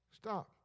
Stop